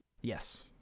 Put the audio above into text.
yes